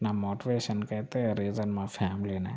నా మోటివేషన్కైతే రీజన్ మా ఫ్యామిలీనే